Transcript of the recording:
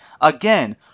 Again